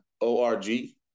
O-R-G